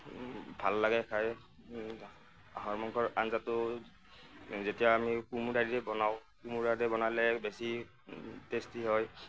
ভাল লাগে খাই হাঁহৰ মাংসৰ আঞ্জাটো যেতিয়া আমি কুমুৰা দি বনাওঁ কুমুৰা দি বনালে বেছি টেষ্টি হয়